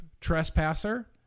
trespasser